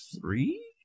three